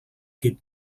que